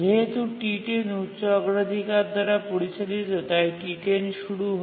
যেহেতু T10 উচ্চ অগ্রাধিকার দ্বারা পরিচালিত তাই T10 শুরু হয়